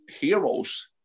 heroes